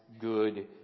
good